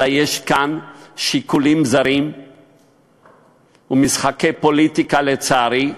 אלא שיש כאן שיקולים זרים ומשחקי פוליטיקה, לצערי,